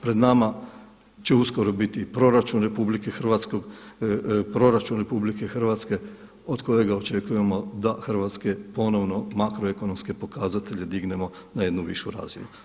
Pred nama će uskoro biti i proračun RH od kojega očekujemo da hrvatske ponovno makroekonomske pokazatelje dignemo na jednu višu razinu.